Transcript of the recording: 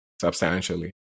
substantially